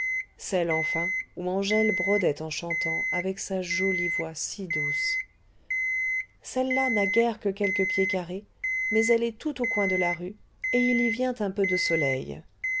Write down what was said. celle enfin où angèle brodait en chantant avec sa jolie voix si douce celle-là n'a guère que quelques pieds carrés mais elle est tout au coin de la rue et il y vient un peu de soleil